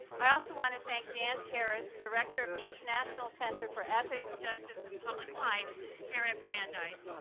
i also want to thank dan terris director of the international center for ethics, justice, and public life here at brandeis,